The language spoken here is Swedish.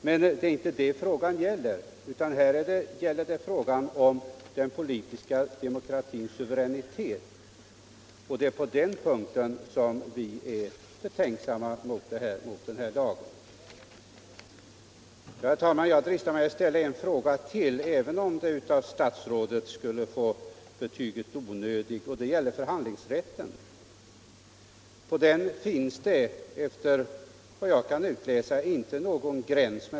Men det är inte det frågan gäller utan den politiska demokratins suveränitet, och det är på den punkten som vi är betänksamma mot lagförslaget. Herr talman! Jag dristar mig att ställa en fråga till, även om den av statsrådet skulle få betyget onödig, och den gäller förhandlingsrätten. För den finns det, såvitt jag kunnat utläsa, inte någon gräns, men.